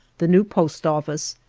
the new post office,